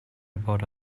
about